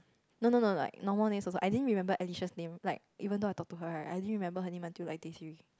no no no like normal name also I think remember Alice's name like even though I talked to her right I think remember her name until like day three